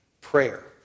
Prayer